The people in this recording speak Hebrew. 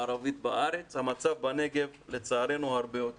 אנחנו ראינו את